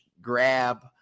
grab